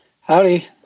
Howdy